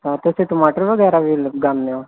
ਹਾਂ ਤੁਸੀਂ ਟਮਾਟਰ ਵਗੈਰਾ ਵੀ ਲਗਾਉਂਦੇ ਹੋ